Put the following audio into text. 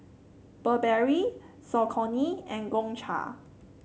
Burberry Saucony and Gongcha